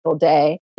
day